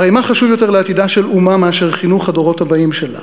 הרי מה חשוב יותר לעתידה של אומה מאשר חינוך הדורות הבאים שלה?